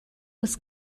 was